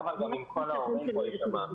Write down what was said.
נשמח אם קול ההורים פה יישמע,